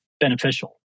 Beneficial